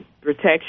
protection